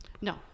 No